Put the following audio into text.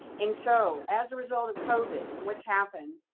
and so as a result of covid and what's happened,